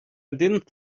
didn’t